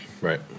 right